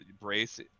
brace